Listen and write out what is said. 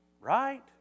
Right